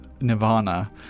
Nirvana